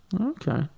okay